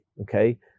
okay